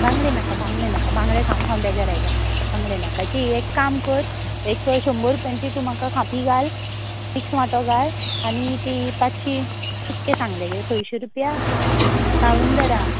बांगडें नाका बांगडें नाका बांगडें खावन खावन बेजार आयलां बांगडे नाका तीं एक काम कर एक शंबर रुपयांची तूं म्हाका खापी घाल मिक्स वांटो घाल आनी तीं पांचशीं कितके सांगलें गे संयशीं रुपया काळूंदरां